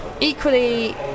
equally